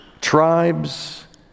tribes